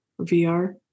VR